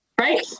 right